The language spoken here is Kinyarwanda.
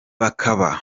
bakaba